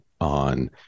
on